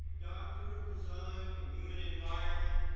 doctor of design and human environment,